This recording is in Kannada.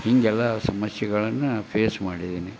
ಹಿಂಗೆ ಎಲ್ಲ ಸಮಶಸ್ಯೆಗಳನ್ನು ಫೇಸ್ ಮಾಡಿದ್ದೀನಿ